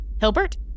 Hilbert